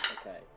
Okay